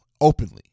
openly